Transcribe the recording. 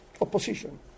Opposition